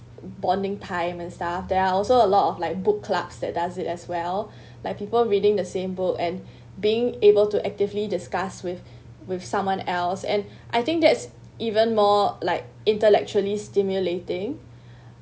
bonding time and stuff there are also a lot of like book clubs that does it as well like people reading the same book and being able to actively discussed with with someone else and I think that's even more like intellectually stimulating